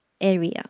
area